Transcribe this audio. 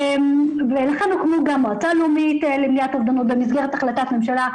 לכן הוקמו גם מועצה לאומית למניעת אובדנות במסגרת החלטת ממשלה,